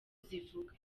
zivuga